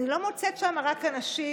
אני לא מוצאת שם רק אנשים